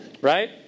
Right